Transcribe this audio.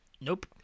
Nope